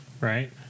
Right